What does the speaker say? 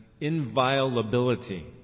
inviolability